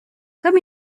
comme